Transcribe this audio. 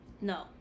No